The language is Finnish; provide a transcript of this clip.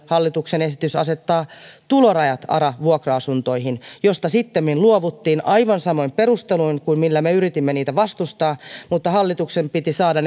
hallituksen esitys asettaa tulorajat ara vuokra asuntoihin joista sittemmin luovuttiin aivan samoin perusteluin kuin millä me yritimme niitä vastustaa mutta hallituksen piti saada